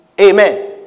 Amen